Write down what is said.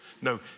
No